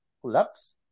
collapse